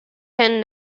ten